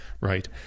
right